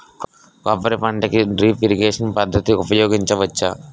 కొబ్బరి పంట కి డ్రిప్ ఇరిగేషన్ పద్ధతి ఉపయగించవచ్చా?